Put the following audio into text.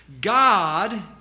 God